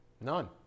None